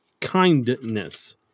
kindness